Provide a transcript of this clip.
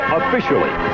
officially